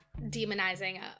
demonizing